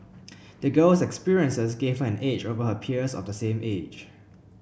the girl's experiences gave her an edge over her peers of the same age